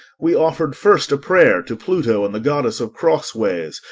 we offered first a prayer to pluto and the goddess of cross-ways,